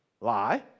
lie